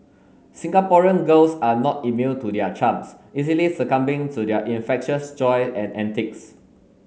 Singaporean girls are not immune to their charms easily succumbing to their infectious joy and antics